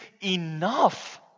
enough